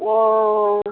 অঁ